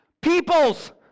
peoples